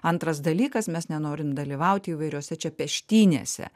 antras dalykas mes nenorim dalyvauti įvairiose čia peštynėse